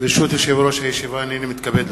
ברשות יושב-ראש הישיבה, הנני מתכבד להודיע,